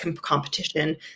competition